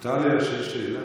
מותר לי לשאול שאלה?